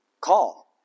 call